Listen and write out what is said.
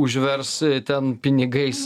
užvers ten pinigais